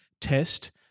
test